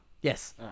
yes